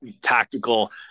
tactical